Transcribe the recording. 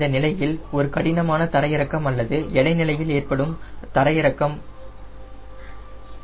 இந்த நிலையில் ஒரு கடினமான தரையிறக்கம் அல்லது அதிக எடைநிலையில் ஏற்படும் தரையிறக்கம்